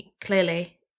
clearly